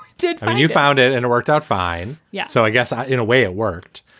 did you found it. and it worked out fine. yeah. so i guess ah in a way it worked.